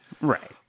Right